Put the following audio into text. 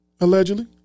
allegedly